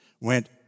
went